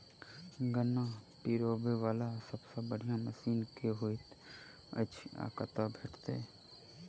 गन्ना पिरोबै वला सबसँ बढ़िया मशीन केँ होइत अछि आ कतह भेटति अछि?